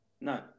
No